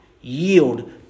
yield